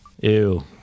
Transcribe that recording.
Ew